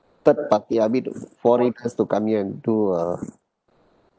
third party I mean foreigners to come here and do a